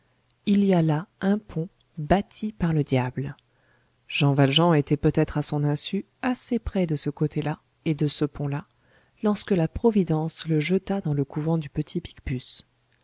il y a là un pont bâti par le diable jean valjean était peut-être à son insu assez près de ce côté-là et de ce pont là lorsque la providence le jeta dans le couvent du